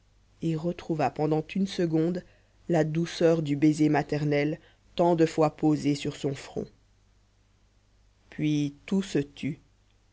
et retrouva pendant une seconde la douceur du baiser maternel tant de fois posé sur son front puis tout se tut